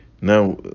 now